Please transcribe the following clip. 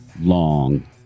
long